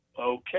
okay